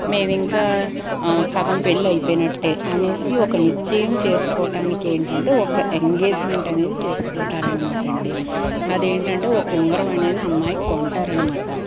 మేవింకా సగం పెళ్లయిపోయినట్టే అనేసి ఒక నిశ్చయం చేసుకోటానికేంటంటే ఒక ఎంగేజ్మెంట్ అనేది చేసుకుంటారనమాటండి అదేంటంటే ఒక ఉంగరం అనేది అమ్మాయికి కొంటారనమాట